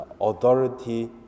Authority